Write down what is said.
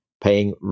paying